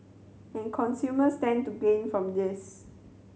and consumers stand to gain from this